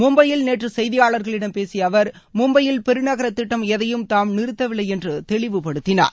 மும்பையில் நேற்று செய்தியாளர்களிடம் பேசிய அவர் மும்பையில் பெருநகர திட்டம் எதையும் தாம் நிறுத்தவில்லை என்று தெளிவுபடுத்தினார்